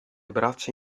braccia